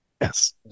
Yes